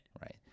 Right